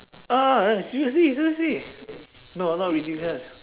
ah seriously seriously no I'm not ridiculous